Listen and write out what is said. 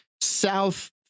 south